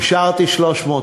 כמה עובדים אישרת?